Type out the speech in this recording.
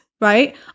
right